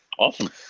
Awesome